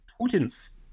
Putin's